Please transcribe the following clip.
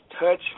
touch